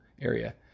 area